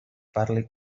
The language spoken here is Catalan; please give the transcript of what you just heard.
parli